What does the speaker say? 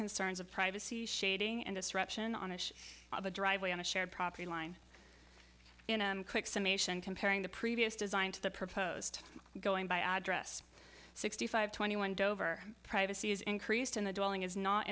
concerns of privacy shading and disruption on issues of a driveway on a shared property line in a quick summation comparing the previous design to the proposed going by address sixty five twenty one dover privacy is increased in the